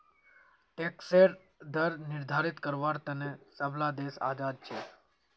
टैक्सेर दर निर्धारित कारवार तने सब ला देश आज़ाद छे